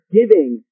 giving